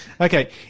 Okay